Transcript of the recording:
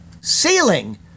ceiling